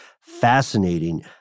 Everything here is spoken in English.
fascinating